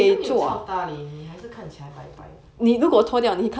but 你都没有 chao ta leh 你还是看起来白白的